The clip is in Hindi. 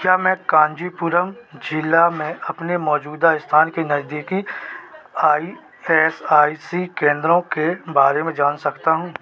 क्या मैं काँजीपुरम जिला में अपने मौजूदा स्थान के नज़दीकी ई एस आई सी केंद्रों के बारे में जान सकता हूँ